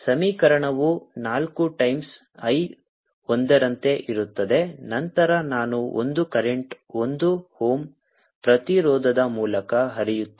ಸಮೀಕರಣವು ನಾಲ್ಕು times I ಒಂದರಂತೆ ಇರುತ್ತದೆ ನಂತರ ನಾನು ಒಂದು ಕರೆಂಟ್ ಒಂದು ಓಮ್ ಪ್ರತಿರೋಧದ ಮೂಲಕ ಹರಿಯುತ್ತದೆ